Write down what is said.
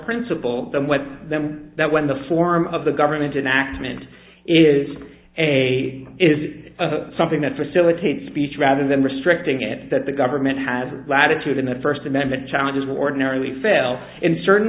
principle them with them that when the form of the government an accident is a is something that facilitates speech rather than restricting it at that the government has a latitude in that first amendment challenges we ordinarily fail in certain